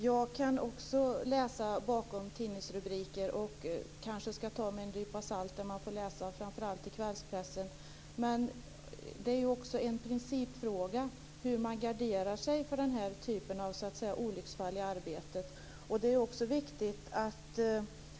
Fru talman! Också jag kan se bakom tidningsrubriker och vet att man skall ta med en nypa salt det som står framför allt i kvällspressen. Men det är också en principfråga hur man garderar sig för den här typen av olycksfall i arbetet.